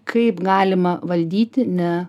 kaip galima valdyti ne